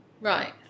Right